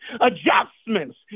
adjustments